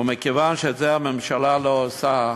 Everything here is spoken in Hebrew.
ומכיוון שאת זה הממשלה לא עושה,